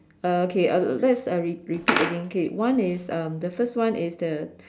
uh okay uh let's re~ repeat again K one is um the first one is the